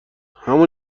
همون